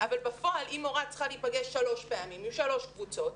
אבל בפועל אם מורה צריכה להיפגש שלוש פעמים עם שלוש קבוצות,